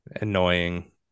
annoying